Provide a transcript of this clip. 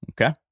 Okay